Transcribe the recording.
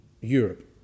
Europe